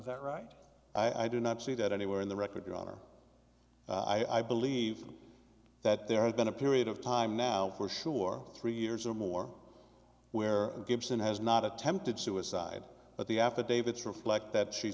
isn't that right i do not see that anywhere in the record your honor i believe that there has been a period of time now for sure three years or more where gibson has not attempted suicide but the affidavits reflect that she